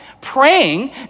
Praying